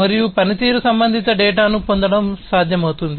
మరియు పనితీరు సంబంధిత డేటాను పొందడం సాధ్యమవుతుంది